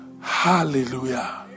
Hallelujah